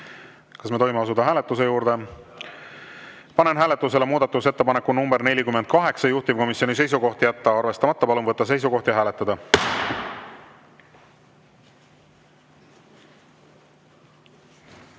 Kas me tohime asuda hääletuse juurde? Panen hääletusele muudatusettepaneku nr 48, juhtivkomisjoni seisukoht on jätta arvestamata. Palun võtta seisukoht ja hääletada!